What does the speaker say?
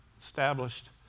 established